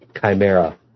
Chimera